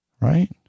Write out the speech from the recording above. right